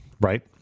right